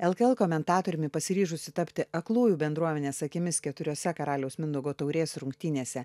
lkl komentatoriumi pasiryžusi tapti aklųjų bendruomenės akimis keturiose karaliaus mindaugo taurės rungtynėse